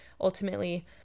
ultimately